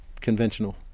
conventional